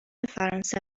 فرانسه